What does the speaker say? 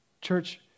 Church